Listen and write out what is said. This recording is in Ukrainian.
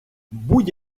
будь